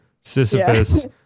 Sisyphus